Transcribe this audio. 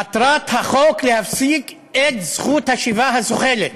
מטרת החוק, להפסיק את זכות השיבה הזוחלת.